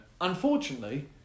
Unfortunately